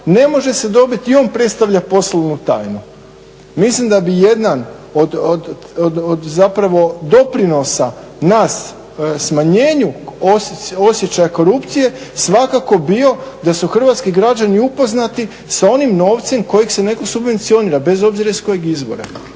ne može se dobiti i on predstavlja poslovnu tajnu. Mislim da bi jedan od zapravo doprinosa nas smanjenju osjećaja korupcije svakako bio da su hrvatski građani upoznati sa onim novcem kojeg se netko subvencionira bez obzira iz kojeg izvora.